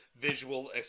visual